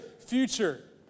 future